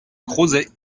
crozet